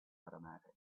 automatic